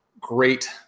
great